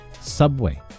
Subway